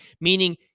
meaning